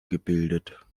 gebildet